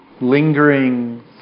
lingering